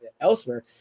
elsewhere